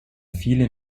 viele